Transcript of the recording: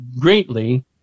greatly